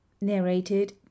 Narrated